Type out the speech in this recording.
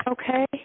Okay